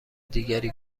دیگری